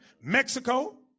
Mexico